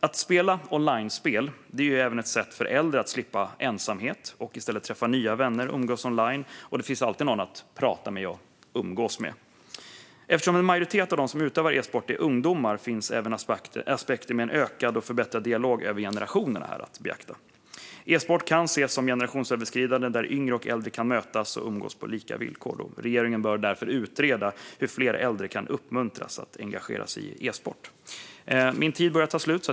Att spela onlinespel är även ett sätt för äldre att slippa ensamhet och i stället träffa nya vänner och umgås online. Det finns alltid någon att prata med och umgås med. Eftersom en majoritet av dem som utövar e-sport är ungdomar finns det även en annan aspekt att beakta: en ökad och förbättrad dialog över generationer. E-sport kan ses som generationsöverskridande där yngre och äldre kan mötas och umgås på lika villkor. Regeringen bör därför utreda hur fler äldre kan uppmuntras att engagera sig i e-sport. Min talartid börjar ta slut.